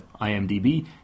IMDb